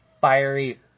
fiery